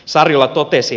sariola totesi